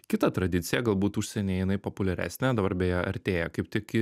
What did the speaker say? kitą tradiciją galbūt užsieny jinai populiaresnė dabar beje artėja kaip tik